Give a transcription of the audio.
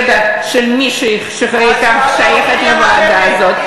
זה חוסר ידע של מי שהייתה שייכת לוועדה הזאת.